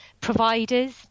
providers